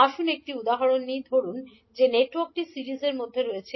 আসুন একটি উদাহরণ নিই ধরুন যে নেটওয়ার্কটি সিরিজের মধ্যে রয়েছে